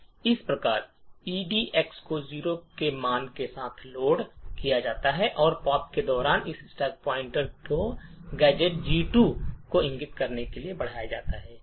इस प्रकार एडक्स को 0 के मान के साथ लोड किया जाता है और पॉप के दौरान एक स्टैक पॉइंटर को गैजेट एड्रेस 2 को इंगित करने के लिए बढ़ाया जाता है